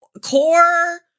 Core